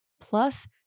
plus